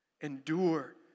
Endure